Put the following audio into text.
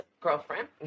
girlfriend